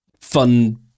fun